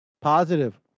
Positive